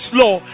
law